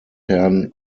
herrn